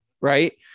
right